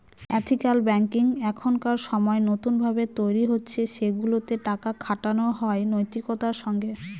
ethical banking এখনকার সময় নতুন ভাবে তৈরী হচ্ছে সেগুলাতে টাকা খাটানো হয় নৈতিকতার সঙ্গে